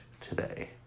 today